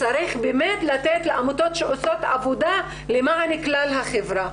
צריך באמת לתת לעמותות שעושות עבודה למען כלל החברה,